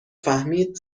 فهمید